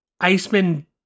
Iceman